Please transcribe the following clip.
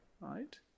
right